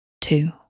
two